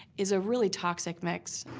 is a really toxic mix.